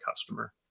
customer